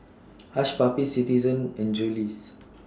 Hush Puppies Citizen and Julie's